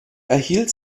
erhielt